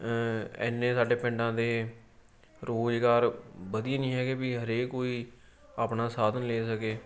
ਐਨੇ ਸਾਡੇ ਪਿੰਡਾਂ ਦੇ ਰੁਜ਼ਗਾਰ ਵਧੀਆ ਨਹੀਂ ਹੈਗੇ ਵੀ ਹਰੇਕ ਕੋਈ ਆਪਣਾ ਸਾਧਨ ਲੈ ਸਕੇ